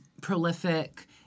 prolific